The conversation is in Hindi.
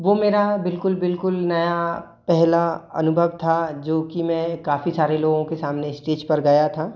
वो मेरा बिल्कुल बिल्कुल नया पहला अनुभव था जो कि मैं काफ़ी सारे लोगों के सामने स्टेज पर गया था